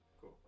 cool